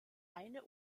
eine